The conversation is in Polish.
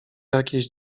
jakiejś